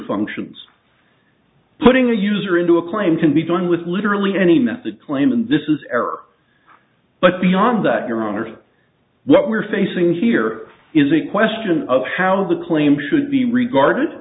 functions putting a user into a claim can be done with literally any method claim and this is error but beyond that your honor what we're facing here is a question of how the claim should be regarded